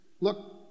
look